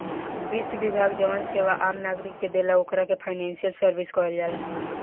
वित्त विभाग जवन सेवा आम नागरिक के देला ओकरा के फाइनेंशियल सर्विस कहल जाला